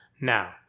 Now